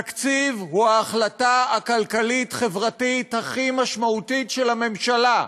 תקציב הוא ההחלטה הכלכלית-חברתית הכי משמעותית של הממשלה.